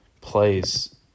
plays